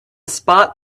spot